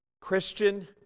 Christian